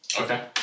Okay